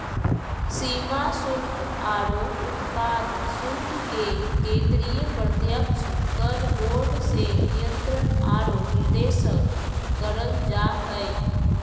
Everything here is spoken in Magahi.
सीमा शुल्क आरो उत्पाद शुल्क के केंद्रीय प्रत्यक्ष कर बोर्ड से नियंत्रण आरो निर्देशन करल जा हय